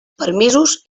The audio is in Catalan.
permisos